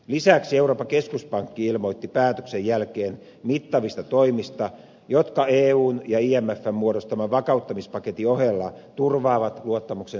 lisäksi euroopan keskuspankki ilmoitti päätöksen jälkeen mittavista toimista jotka eun ja imfn muodostaman vakauttamispaketin ohella turvaavat luottamuksen säilymistä euroopassa